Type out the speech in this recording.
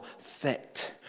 fit